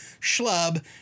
schlub